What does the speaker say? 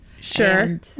Sure